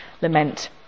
lament